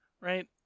right